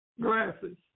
glasses